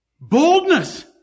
Boldness